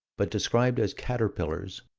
but described as caterpillars,